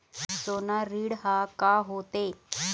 सोना ऋण हा का होते?